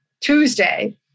Tuesday